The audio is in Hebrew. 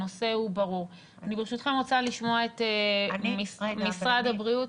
אני, ברשותכם, רוצה לשמוע את משרד הבריאות.